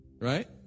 Right